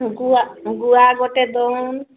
ଗୁଆ ଗୁଆ ଗୋଟେ ଦେଉନ